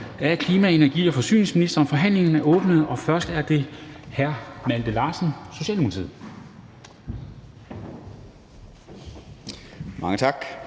Dam Kristensen): Mødet er genoptaget. Forhandlingen er åbnet, og først er det hr. Malte Larsen, Socialdemokratiet.